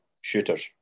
shooters